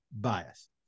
bias